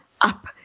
up